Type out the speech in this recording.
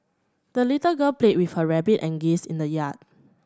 the little girl played with her rabbit and geese in the yard